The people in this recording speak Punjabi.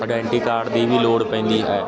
ਅਡੈਂਟੀ ਕਾਰਡ ਦੀ ਵੀ ਲੋੜ ਪੈਂਦੀ ਹੈ